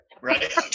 Right